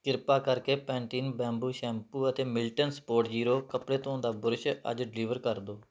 ਕਿਰਪਾ ਕਰਕੇ Pantene bamboo shampoo ਅਤੇ ਮਿਲਟਨ ਸਪੋਟ ਜੀਰੋ ਕੱਪੜੇ ਧੋਣ ਦਾ ਬੁਰਸ਼ ਅੱਜ ਡਿਲੀਵਰ ਕਰ ਦਿਓ